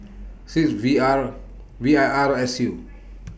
six V R V I R S U